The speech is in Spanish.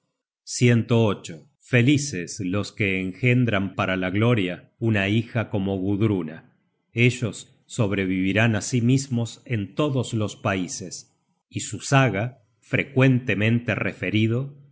generated at felices los que engendran para la gloria una hija como gudruna ellos sobrevivirán á sí mismos en todos los paises y su saga frecuentemente referido